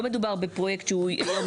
לא מדובר בפרויקט שהוא יום-יומיים,